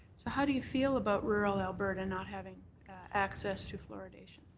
how do you feel about rural alberta not having access to fluoridation?